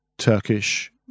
turkish